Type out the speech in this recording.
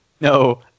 No